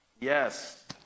yes